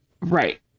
right